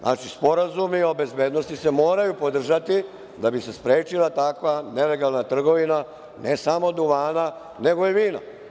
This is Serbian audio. Znači, sporazumi o bezbednosti se moraju podržati da bi se sprečila takva nelegalna trgovina, ne samo duvana, nego i vina.